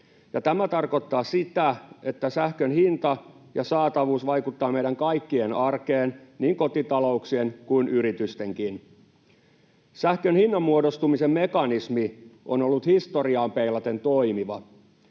tämä tarkoittaa sitä, että sähkön hinta ja saatavuus vaikuttavat meidän kaikkien arkeen, niin kotitalouksien kuin yritystenkin. Sähkön hinnan muodostumisen mekanismi on ollut historiaan peilaten toimiva.